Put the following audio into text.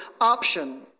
option